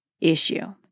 issue